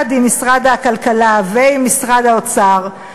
יחד עם משרד הכלכלה ועם משרד האוצר,